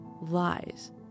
Lies